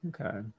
Okay